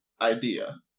idea